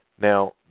Now